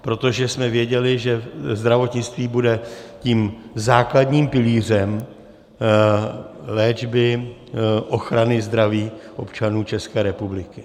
Protože jsme věděli, že zdravotnictví bude tím základním pilířem léčby, ochrany zdraví občanů České republiky.